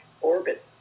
orbit